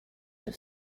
have